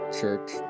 Church